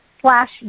slash